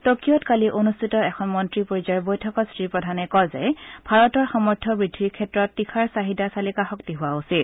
টকিঅত কালি অনুষ্ঠিত এখন মন্ত্ৰী পৰ্যায়ৰ বৈঠকত শ্ৰীপ্ৰধানে কয় যে ভাৰতৰ সামৰ্থ্য বৃদ্ধিৰ ক্ষেত্ৰত তীখাৰ চাহিদা চালিকা শক্তি হোৱা উচিত